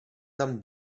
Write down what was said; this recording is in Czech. tam